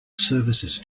services